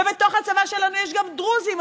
ובתוך הצבא שלנו יש גם דרוזים,